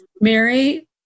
Mary